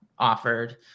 offered